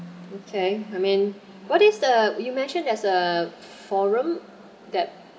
okay I mean what is the you mentioned there's a forum that